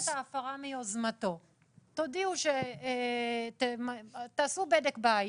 תעשו בדק בית.